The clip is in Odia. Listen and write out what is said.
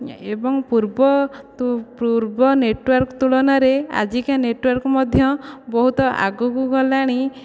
ଏବଂ ପୂର୍ବ ପୂର୍ବ ନେଟୱାର୍କ ତୁଳନାରେ ଆଜିକା ନେଟୱାର୍କ ମଧ୍ୟ ବହୁତ ଆଗକୁ ଗଲାଣି